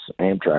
Amtrak